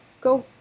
Go